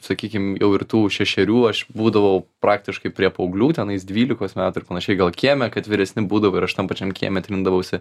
sakykim jau ir tų šešerių aš būdavau praktiškai prie paauglių tenais dvylikos metų ir panašiai gal kieme kad vyresni būdavo ir aš tam pačiam kieme trindavausi